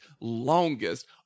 longest